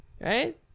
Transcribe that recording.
right